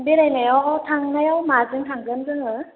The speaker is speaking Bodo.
बेरायनायाव थांनायाव माजों थांगोन जोङो